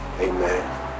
amen